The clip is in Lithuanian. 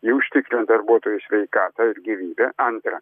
ji užtikrina darbuotojų sveikatą ir gyvybę antra